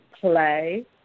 play